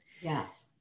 Yes